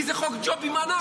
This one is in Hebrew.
כי זה חוק ג'ובים ענק.